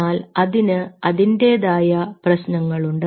എന്നാൽ അതിന് അതിൻറെതായ പ്രശ്നങ്ങളുണ്ട്